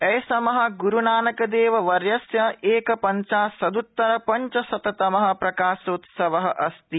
ऐषम गुरूनानकदेववर्यस्य एक पंचाशद्ततर पंच शततम प्रकाशोत्सव अस्ति